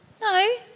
No